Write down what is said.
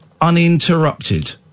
uninterrupted